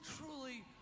truly